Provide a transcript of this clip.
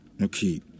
Okay